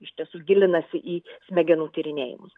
iš tiesų gilinasi į smegenų tyrinėjimus